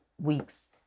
weeks